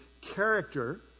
character